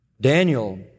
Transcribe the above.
Daniel